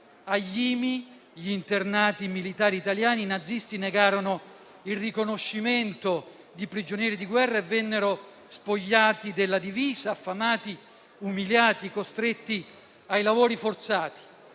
Agli IMI, gli internati militari italiani, i nazisti negarono il riconoscimento di prigionieri di guerra e vennero spogliati della divisa, affamati, umiliati, costretti ai lavori forzati.